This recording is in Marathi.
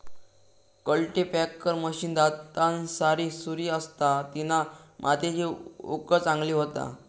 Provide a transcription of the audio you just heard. कल्टीपॅकर मशीन दातांसारी सुरी असता तिना मातीची उकळ चांगली होता